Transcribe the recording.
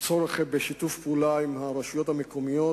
צורך בשיתוף פעולה עם הרשויות המקומיות.